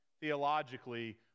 theologically